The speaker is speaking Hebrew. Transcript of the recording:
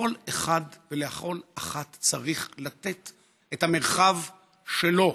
לכל אחד ולכל אחת צריך לתת את המרחב שלו.